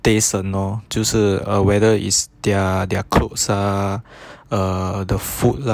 可以省 lor 就是 uh whether is their their clothes ah err the food lah